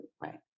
right